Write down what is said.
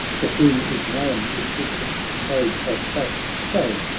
to whom is known the secret page of fate. say,